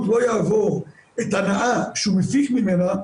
לא יעבור את ההנאה שהוא מפיק ממנה,